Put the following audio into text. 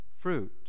fruit